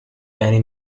any